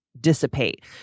dissipate